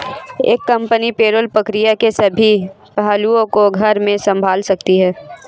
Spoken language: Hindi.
एक कंपनी पेरोल प्रक्रिया के सभी पहलुओं को घर में संभाल सकती है